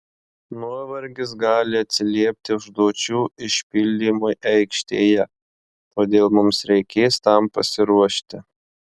nuovargis gali atsiliepti užduočių išpildymui aikštėje todėl mums reikės tam pasiruošti